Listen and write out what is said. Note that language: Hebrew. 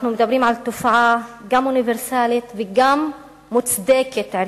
אנחנו מדברים על תופעה גם אוניברסלית וגם מוצדקת ערכית.